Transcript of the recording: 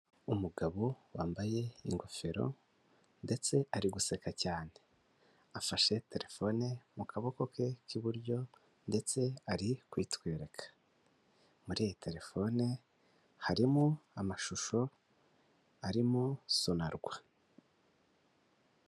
Umugabo wambaye ingofero ndetse ari guseka cyane, afashe telefone mu kaboko ke k'iburyo ndetse ari kwitwereka, muri iyi telefone harimo amashusho arimo Sonarwa.